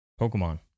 Pokemon